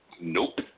Nope